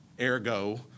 ergo